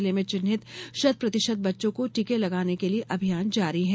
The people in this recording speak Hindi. जिले में चिन्हित शतप्रतिशत बच्चों को टीके लगाने के लिए अभियान जारी है